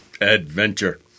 Adventure